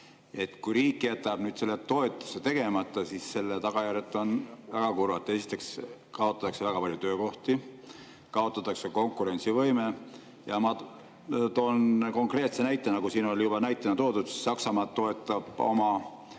Kui riik jätab nüüd toetuse tegemata, siis selle tagajärjed on väga kurvad. Esiteks kaotatakse väga palju töökohti, kaotatakse konkurentsivõime. Ma toon konkreetse näite, nagu siin oli juba näitena toodud. Saksamaa toetab oma